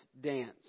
dance